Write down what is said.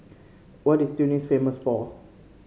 what is Tunis famous for